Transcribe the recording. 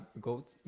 goat